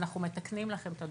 אנחנו מתקנים לכם את הדוחות.